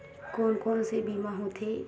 कोन कोन से बीमा होथे?